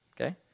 okay